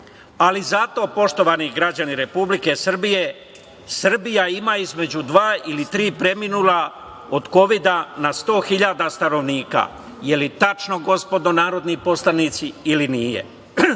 ali zato, poštovani građani Republike Srbije, Srbija ima između dva ili tri preminula od Kovida na 100.000 stanovnika. Da li je tačno, gospodo narodni poslanici, ili nije?